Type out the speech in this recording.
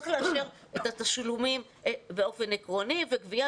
צריך לאשר את התשלומים באופן עקרוני והגבייה